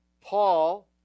Paul